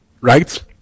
right